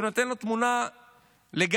שנותן לו תמונה מעוותת